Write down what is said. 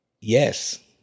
Yes